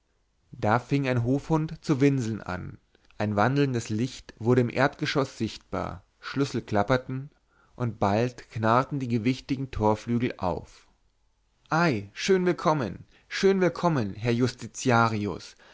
da fing ein hofhund zu winseln an ein wandelndes licht wurde im erdgeschosse sichtbar schlüssel klapperten und bald knarrten die gewichtigen torflügel auf ei schön willkommen schön willkommen herr justitiarius